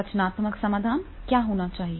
रचनात्मक समाधान क्या होना चाहिए